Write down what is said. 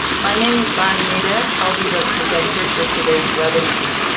my name is bonnie maidak. i'll be the presenter for today's webinar.